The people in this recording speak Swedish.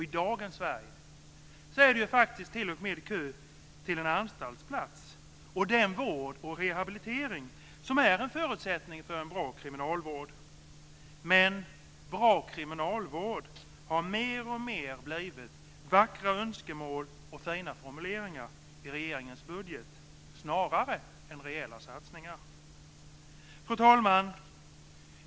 I dagens Sverige är det faktiskt t.o.m. kö till en anstaltsplats och den vård och rehabilitering som är en förutsättning för en bra kriminalvård. Men bra kriminalvård har mer och mer blivit vackra önskemål och fina formuleringar i regeringens budget snarare än rejäla satsningar. Fru talman!